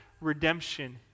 redemption